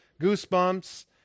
goosebumps